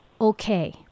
okay